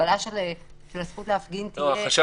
שההגבלה של הזכות להפגין תהיה --- לא,